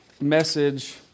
message